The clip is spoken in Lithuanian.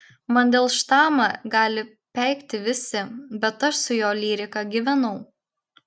mandelštamą gali peikti visi bet aš su jo lyrika gyvenau